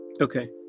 Okay